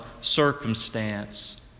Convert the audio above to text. circumstance